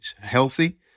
healthy